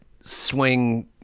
swing